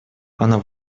она